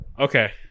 Okay